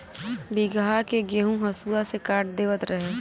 बीघहा के गेंहू हसुआ से काट देवत रहे